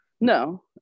No